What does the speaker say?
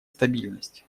стабильности